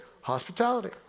hospitality